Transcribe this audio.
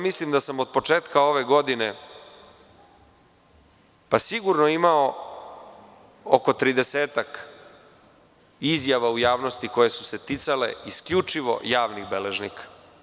Mislim da sam od početka ove godine sigurno imao oko 30-ak izjava u javnosti koje su se ticale isključivo javnih beležnika.